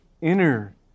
inner